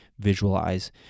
visualize